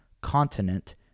continent